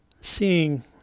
seeing